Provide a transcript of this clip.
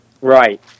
Right